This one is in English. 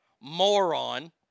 moron